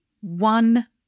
one